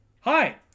Hi